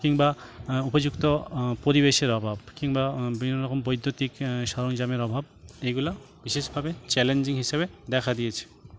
কিংবা উপযুক্ত পরিবেশের অভাব কিংবা বিভিন্ন রকম বৈদ্যুতিক সরঞ্জামের অভাব এইগুলা বিশেষভাবে চ্যালেঞ্জিং হিসাবে দেখা দিয়েছে